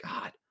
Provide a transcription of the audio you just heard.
God